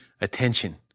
attention